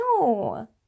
no